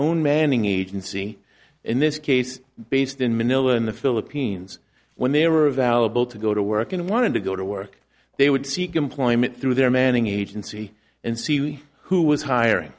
own manning agency in this case based in manila in the philippines when they were a valuable to go to work and wanted to go to work they would seek employment through their manning agency and see who was hiring